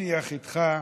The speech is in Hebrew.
דו-שיח איתך,